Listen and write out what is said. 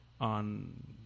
on